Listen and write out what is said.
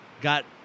got